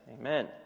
amen